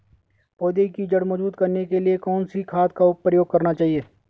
पौधें की जड़ मजबूत करने के लिए कौन सी खाद का प्रयोग करना चाहिए?